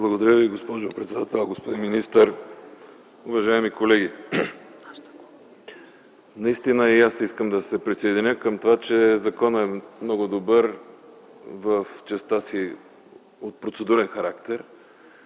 Благодаря Ви, госпожо председател. Господин министър, уважаеми колеги, и аз искам да се присъединя към това, че законът е много добър в частта си от процедурен характер.